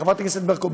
חברת הכנסת ברקו,